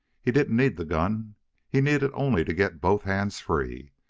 he didn't need the gun he needed only to get both hands free.